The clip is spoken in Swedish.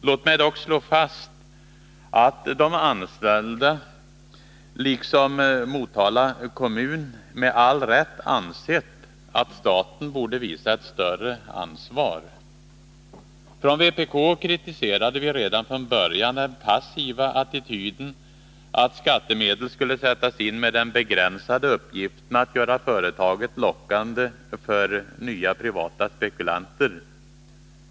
Låt mig dock slå fast att de anställda, liksom Motala kommun, med all rätt ansett att staten borde visa ett större ansvar. Från vpk kritiserade vi redan från början den passiva attityden, att skattemedel skulle sättas in med den begränsade uppgiften att göra företaget lockande för nya privata spekulanter.